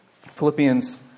Philippians